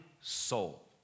soul